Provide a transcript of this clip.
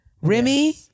Remy